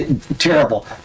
Terrible